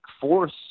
force